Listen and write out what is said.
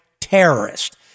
terrorist